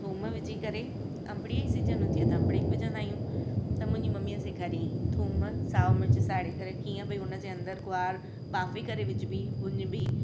थूम विझी करे अंबड़ी जी सीजन हूंदी आहे त अंबड़ी बि विझंदा आहियूं त मुंहिंजी ममीअ सेखारी थूम सावा मिर्च साड़े करे कीअं भाई हुन जे अंदरु गुआर भाफे करे विझबी भुंजबी